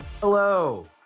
Hello